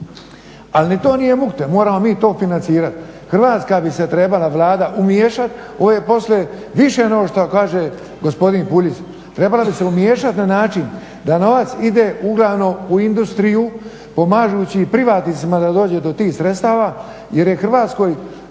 ali ni to nije mukte, moramo mi to financirati. Hrvatska bi se trebala Vlada umiješati u ove poslove više nego što kaže gospodine Puljiz, trebala bi se umiješati na način da novac ide uglavnom u industriju pomažući privatnicima da dođu do tih sredstava jer je Hrvatskoj